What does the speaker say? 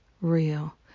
real